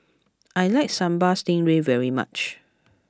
I like Sambal Stingray very much